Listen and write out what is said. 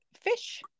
fish